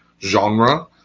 genre